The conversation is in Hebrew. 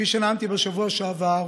כפי שנאמתי בשבוע שעבר,